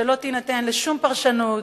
שלא תינתן לשום פרשנות,